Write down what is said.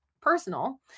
personal